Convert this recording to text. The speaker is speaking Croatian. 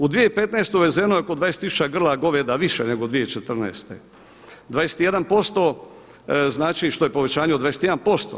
U 2015. uvezeno je oko 20 tisuća grla goveda više nego 2014., 21%, znači što je povećanje od 21%